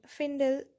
findle